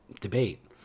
debate